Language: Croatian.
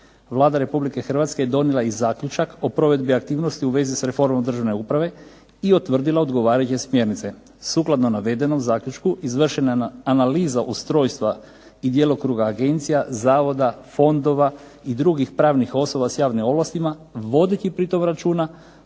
Vlada Republike Hrvatske donijela je i zaključak o provedbi aktivnosti u vezi s reformom državne uprave i utvrdila odgovarajuće smjernice. Sukladno navedenom zaključku izvršena je analiza ustrojstva i djelokruga agencija, zavoda, fondova i drugih pravnih osoba s javnim ovlastima, vodeći pritom računa